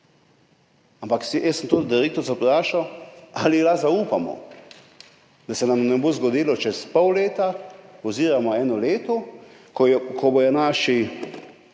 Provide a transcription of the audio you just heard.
ampak jaz sem tudi direktorico vprašal, ali ji lahko zaupamo, da se nam ne bo zgodilo čez pol leta oziroma eno leto, ko bodo naše